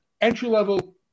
entry-level